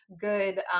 good